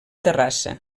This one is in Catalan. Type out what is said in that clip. terrassa